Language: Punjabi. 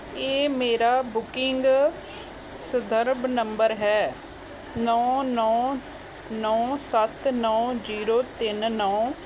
ਇਹ ਮੇਰਾ ਬੁਕਿੰਗ ਸੰਦਰਭ ਨੰਬਰ ਹੈ ਨੌਂ ਨੌਂ ਨੌੌਂ ਸੱਤ ਨੌਂ ਜ਼ੀਰੋ ਤਿੰਨ ਨੌਂ